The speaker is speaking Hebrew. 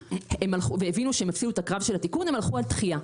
והם הבינו שהם הפסידו את הקרב של התיקון הם הלכו על דחייה.